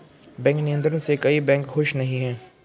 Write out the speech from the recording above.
bank नियंत्रण से कई बैंक खुश नही हैं